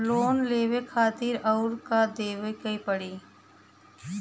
Loan लेवे खातिर अउर का देवे के पड़ी?